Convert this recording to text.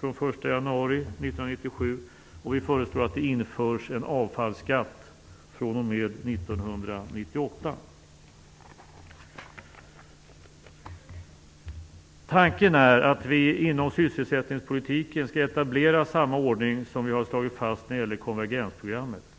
fr.o.m. den 1 januari 1997, och vi föreslår att det införs en avfallsskatt fr.o.m. 1998. Tanken är att vi inom sysselsättningspolitiken skall etablera samma ordning som vi har slagit fast när det gäller konvergensprogrammet.